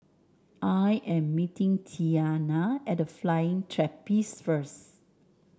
I am meeting Tiana at The Flying Trapeze first